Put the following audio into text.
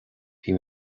bhí